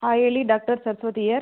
ಹಾಂ ಹೇಳಿ doctor Saraswati year